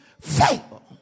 fail